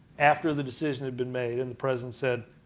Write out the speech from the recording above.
after the decision had been made and the president said,